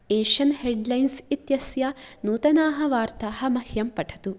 Asian headlines इत्यस्य नूतनाः वार्ताः मह्यं पठतु